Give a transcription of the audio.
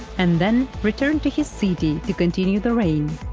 and then returned to his city to continue the reign.